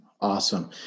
awesome